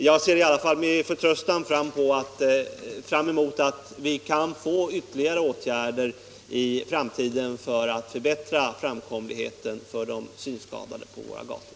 Jag ser med förtröstan fram emot att vi i framtiden skall kunna vidta ytterligare åtgärder för att förbättra framkomligheten för de synskadade på våra gator.